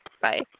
Bye